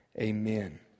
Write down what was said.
Amen